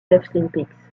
deaflympics